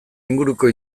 inguruko